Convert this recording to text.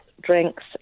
drinks